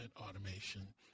automation